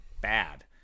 bad